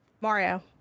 Mario